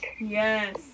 Yes